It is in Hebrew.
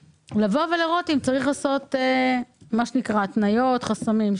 לראות אם צריך לקבוע התניות ולמנוע חסמים.